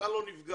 אתה לא נפגע,